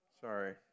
Sorry